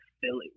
Philly